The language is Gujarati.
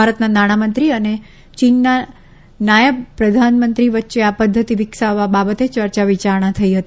ભારતના નાણામંત્રી અને ચીનના નાયબ પ્રધાનમંત્રીની વચ્ચે આ પદ્ધતિ વિકસાવવા બાબતમાં ચર્ચા વિચારણા થઇ હતી